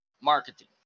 marketing